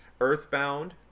Earthbound